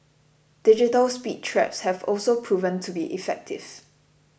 digital speed traps have also proven to be effective